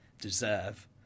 deserve